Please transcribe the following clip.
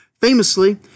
Famously